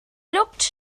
looked